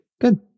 Good